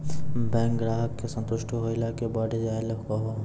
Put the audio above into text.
Bank ग्राहक के संतुष्ट होयिल के बढ़ जायल कहो?